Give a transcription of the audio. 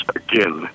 again